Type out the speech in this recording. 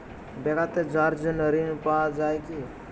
বেড়াতে যাওয়ার জন্য ঋণ পাওয়া যায় কি?